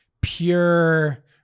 pure